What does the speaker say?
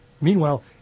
Meanwhile